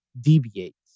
deviates